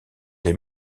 les